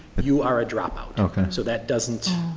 you are a drop out. and kind of so that doesn't,